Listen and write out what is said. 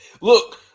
Look